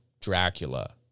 Dracula